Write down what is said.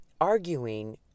arguing